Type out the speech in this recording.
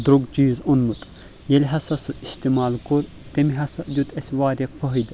دروٚگ چیٖز اوٚنمُت ییٚلہِ ہسا سُہ اِستمال کوٚر تٔمۍ ہسا دیُت اَسہِ واریاہ فأیِدٕ